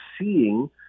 seeing